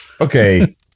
okay